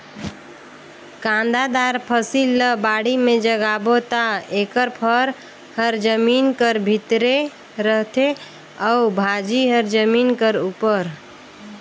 कांदादार फसिल ल बाड़ी में जगाबे ता एकर फर हर जमीन कर भीतरे रहथे अउ भाजी हर जमीन कर उपर